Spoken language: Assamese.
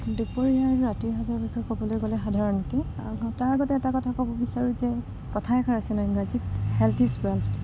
দুপৰীয়া আৰু ৰাতিৰ সাঁজাৰ বিষয়ে ক'বলৈ গ'লে সাধাৰণতেে তাৰ আগতে এটা কথা ক'ব বিচাৰোঁ যে কথাই এষাৰ আছিল ন ইংৰাজীত হেল্থ ইজ ৱেল্থ